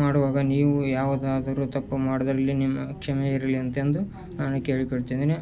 ಮಾಡುವಾಗ ನೀವು ಯಾವುದಾದರೂ ತಪ್ಪು ಮಾಡಿದ್ದಲ್ಲಿ ನಿಮ್ಮ ಕ್ಷಮೆ ಇರಲಿ ಅಂತ ಅಂದು ನಾನು ಕೇಳಿಕೊಳ್ತಿದ್ದೀನಿ